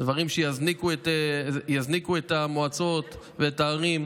דברים שיזניקו את המועצות ואת הערים,